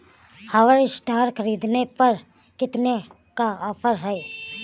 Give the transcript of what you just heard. Harvester ख़रीदने पर कितनी का ऑफर है?